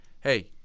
Hey